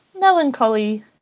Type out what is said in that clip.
melancholy